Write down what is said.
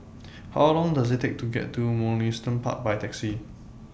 How Long Does IT Take to get to Mugliston Park By Taxi